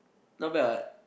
not bad what